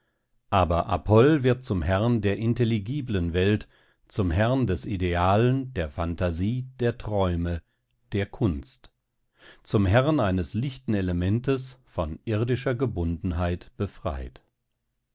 aber apoll wird zum herrn der intelligiblen welt zum herrn des idealen der phantasie der träume der kunst zum herrn eines lichten elementes von irdischer gebundenheit befreit